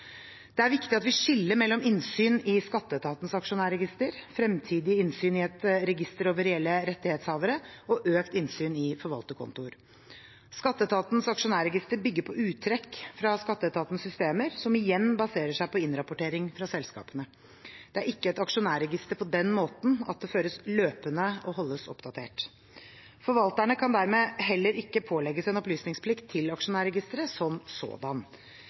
Det er viktig at vi skiller mellom innsyn i skatteetatens aksjonærregister, fremtidig innsyn i et register over reelle rettighetshavere og økt innsyn i forvalterkontoer. Skatteetatens aksjonærregister bygger på uttrekk fra skatteetatens systemer, som igjen baserer seg på innrapportering fra selskapene. Det er ikke et aksjonærregister på den måten at det føres løpende og holdes oppdatert. Forvalterne kan dermed heller ikke pålegges en opplysningsplikt til aksjonærregisteret som sådan.